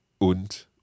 und